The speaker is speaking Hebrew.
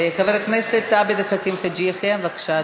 חבר הכנסת עבד אל חכים חאג' יחיא, בבקשה,